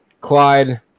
Clyde